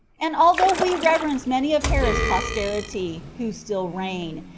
and although we reverence many of herod's posterity, who still reign,